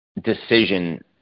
decision